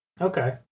Okay